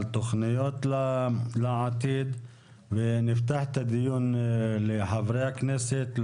תכניות לעתיד ונפתח את הדיון לחברי הכנסת,